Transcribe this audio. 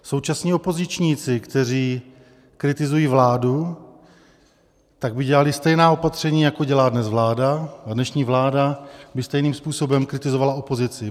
Současní opozičníci, kteří kritizují vládu, by dělali stejná opatření, jako dělá dnes vláda, a dnešní vláda by stejným způsobem kritizovala opozici.